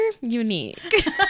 unique